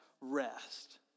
rest